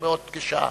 בעוד כשעה.